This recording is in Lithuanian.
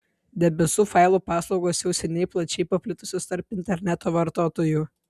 debesų failų paslaugos jau seniai plačiai paplitusios tarp interneto vartotojų